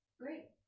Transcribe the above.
Great